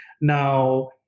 Now